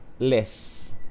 Less